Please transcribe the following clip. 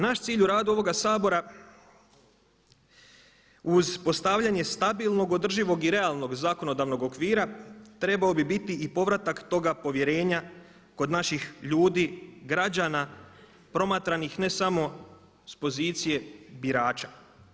Naš cilj u radu ovoga Sabora uz postavljanje stabilnog, održivog i realnog zakonodavnog okvira trebao bi biti i povratak toga povjerenja kod naših ljudi, građana, promatranih ne samo s pozicije birača.